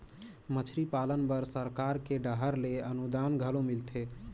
मछरी पालन बर सरकार के डहर ले अनुदान घलो मिलथे